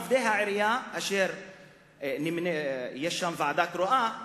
עובדי העירייה יש שם ועדה קרואה,